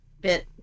bit